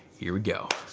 here we go.